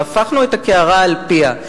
והפכנו את הקערה על פיה,